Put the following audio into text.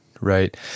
right